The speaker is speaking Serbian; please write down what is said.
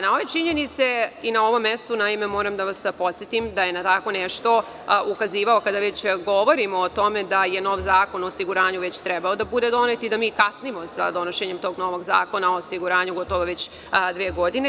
Na ove činjenice i na ovom mestu, naime moram da vas podsetim, da je na tako nešto ukazivao, kada već govorimo o tome da je nov Zakon o osiguranju već trebao da bude donet, i da mi kasnimo sa donošenjem tog novog Zakona o osiguranju, gotovo već dve godine.